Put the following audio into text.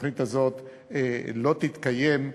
שהתוכנית הזאת לא תתקיים.